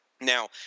Now